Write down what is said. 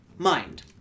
Mind